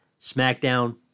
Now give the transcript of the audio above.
SmackDown